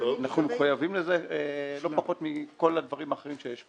אנחנו מחויבים לזה לא פחות מכל הדברים האחרים שיש פה.